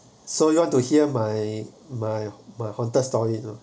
so you want to hear my my my haunted story